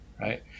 right